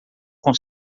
com